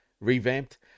revamped